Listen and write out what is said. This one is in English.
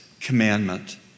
commandment